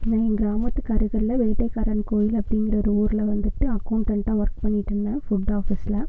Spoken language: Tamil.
எங்கள் கிராமத்துக்கு அருகில் வேட்டைக்காரன் கோவில் அப்படிங்கிற ஒரு ஊர்ல வந்துட்டு அக்கௌண்டன்ட்டாக ஒர்க் பண்ணிட்டு இருந்தேன் ஃபுட் ஆஃபிஸ்ல